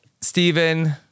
Stephen